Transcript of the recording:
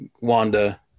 Wanda